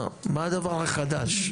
מה הדבר החדש?